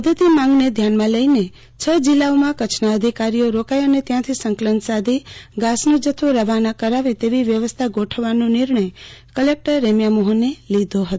વધતી માંગને ધ્યાનમાં લઈ છ જિલ્લાઓમાં કચ્છના અધિકારીઓ રોકાય અને ત્યાંથી સંકલન સાધી ઘાસનો જથ્થો રવાના કરાવે તેવી વ્યવસ્થા ગોઠવવાનો નિર્ણય કલેક્ટર રેમ્યા મોફને લીધો ફતો